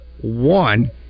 one